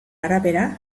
arabera